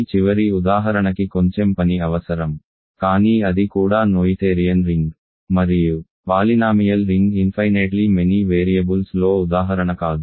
ఈ చివరి ఉదాహరణకి కొంచెం పని అవసరం కానీ అది కూడా నోయిథేరియన్ రింగ్ మరియు పాలినామియల్ రింగ్ ఇన్ఫైనేట్లీ మెనీ వేరియబుల్స్లో ఉదాహరణ కాదు